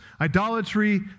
idolatry